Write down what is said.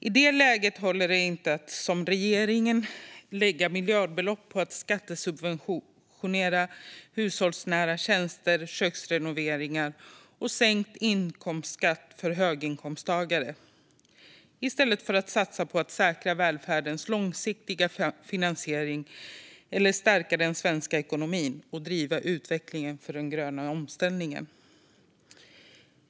I det läget håller det inte att som regeringen lägga miljardbelopp på att skattesubventionera hushållsnära tjänster, köksrenoveringar och sänkt inkomstskatt för höginkomsttagare i stället för att satsa på att säkra välfärdens långsiktiga finansiering eller stärka den svenska ekonomin och driva på utvecklingen för den gröna omställningen.